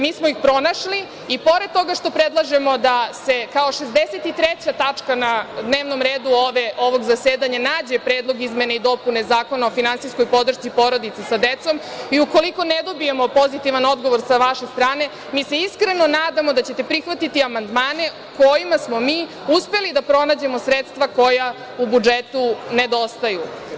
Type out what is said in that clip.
Mi smo ih pronašli i pored toga što predlažemo da se kao 63. tačka na dnevnom redu ovog zasedanja nađe Predlog izmene i dopune Zakona o finansijskoj podršci porodici sa decom i ukoliko ne dobijemo pozitivan odgovor sa vaše strane, mi se iskreno nadamo da ćete prihvatiti amandmane kojima smo mi uspeli da pronađemo sredstva koja u budžetu nedostaju.